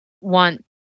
want